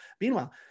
meanwhile